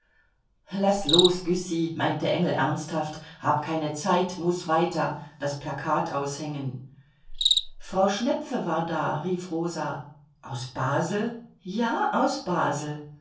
laß los güssy meinte engel ernsthaft hab keine zeit muß weiter das plakat aushängen frau schnepfe war da rief rosa aus basel ja aus basel